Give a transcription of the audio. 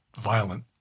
violent